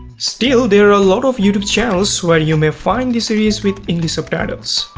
still, there are a lot of youtube channels where you may find the series with english subtitles.